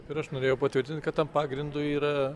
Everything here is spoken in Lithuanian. ir aš norėjau patvirtinti kad tam pagrindo yra